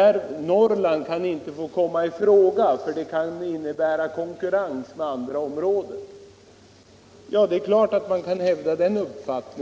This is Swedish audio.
och att Norrland inte kan komma i fråga för den industrin, eftersom den skulle innebära konkurrens på andra områden i landet. Det är klart att man kan hävda den uppfattningen.